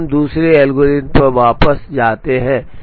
अब हम दूसरे एल्गोरिथम पर वापस जाते हैं